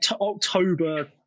October